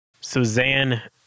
Suzanne